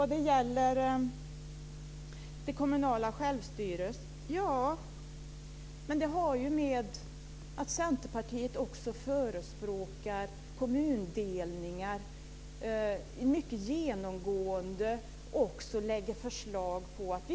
Frågan om det kommunala självstyret har ju att göra med att Centerpartiet förespråkar kommundelningar genomgående och lägger fram förslag.